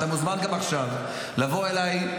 ואתה מוזמן גם עכשיו לבוא אליי,